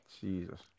Jesus